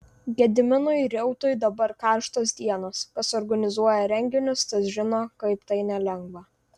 gediminui reutui dabar karštos dienos kas organizuoja renginius tas žino kaip tai nelengva